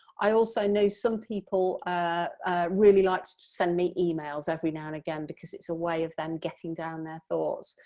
i also know some people really like to send me emails every now and again, because it's a way of them getting down their thoughts.